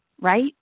Right